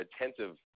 attentive